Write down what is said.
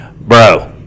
Bro